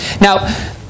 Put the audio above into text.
Now